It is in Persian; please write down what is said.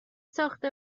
ساخت